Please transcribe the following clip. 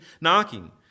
knocking